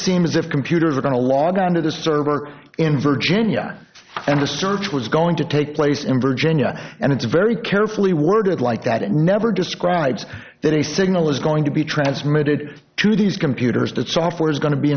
seem as if computers are going to log on to this server in virginia and the search was going to take place in virginia and it's very carefully worded like that it never describes that a signal is going to be transmitted to these computers that software is going to be